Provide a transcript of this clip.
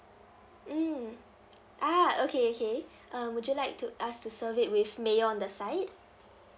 mm ah okay okay uh would you like to us to serve it with mayo on the side